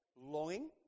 longing